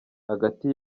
hagati